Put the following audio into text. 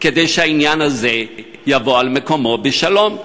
כדי שהעניין הזה יבוא על מקומו בשלום.